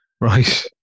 Right